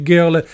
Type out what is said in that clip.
Girl